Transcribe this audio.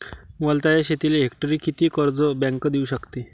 वलताच्या शेतीले हेक्टरी किती कर्ज बँक देऊ शकते?